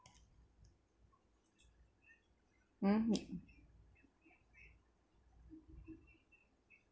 hmm